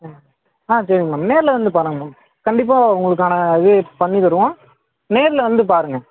ம் ஆ சேரிங்க மேம் நேரில் வந்து பாருங்கள் மேம் கண்டிப்பாக உங்களுக்கான இது பண்ணி தருவோம் நேரில் வந்து பாருங்கள்